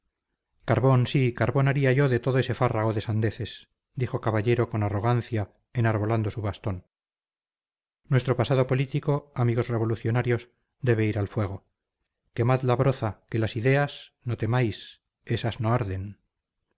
carbón haría yo de todo ese fárrago de sandeces dijo caballero con arrogancia enarbolando su bastón nuestro pasado político amigos revolucionarios debe ir al fuego quemad la broza que las ideas no temáis esas no arden